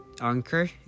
Anchor